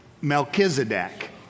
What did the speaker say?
Melchizedek